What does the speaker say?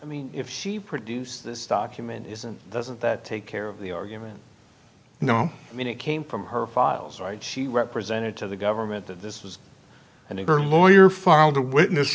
i mean if she produced this document isn't doesn't that take care of the argument no i mean it came from her files right she represented to the government and this was and her lawyer filed the witness